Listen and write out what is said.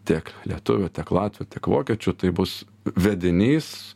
tiek lietuvių tiek latvių tiek vokiečių tai bus vedinys